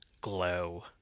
glow